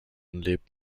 lebt